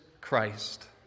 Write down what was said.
Christ